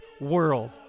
world